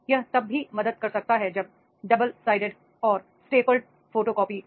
यह तब भी मदद कर सकता है जब डबल साइडेड और सोटेबल फोटोकॉपी हो